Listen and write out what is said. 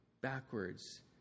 backwards